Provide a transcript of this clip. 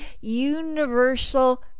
universal